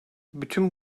bütün